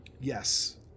Yes